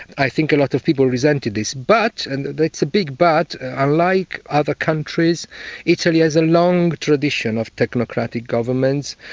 i think a lot of people resented this. but, and it's a big but, unlike ah like other countries italy has a long tradition of technocratic governments.